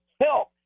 help